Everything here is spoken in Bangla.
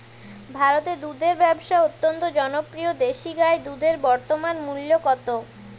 ভারতে দুধের ব্যাবসা অত্যন্ত জনপ্রিয় দেশি গাই দুধের বর্তমান মূল্য কত?